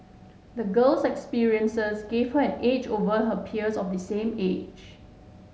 the girl's experiences gave her an edge over her peers of the same age